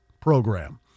program